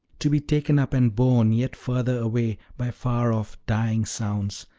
to be taken up and borne yet further away by far-off, dying sounds,